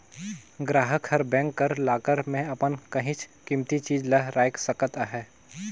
गराहक हर बेंक कर लाकर में अपन काहींच कीमती चीज ल राएख सकत अहे